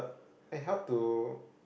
I help to